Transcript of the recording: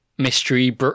Mystery